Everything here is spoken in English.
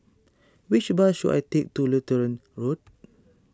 which bus should I take to Lutheran Road